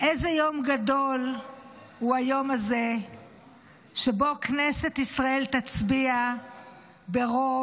איזה יום גדול הוא היום הזה שבו כנסת ישראל תצביע ברוב,